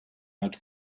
had